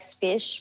fish